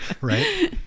right